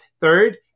third